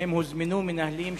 שבהם הוזמנו מנהלים שאמרו,